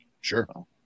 Sure